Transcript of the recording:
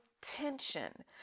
tension